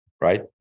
right